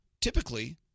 typically